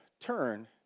turn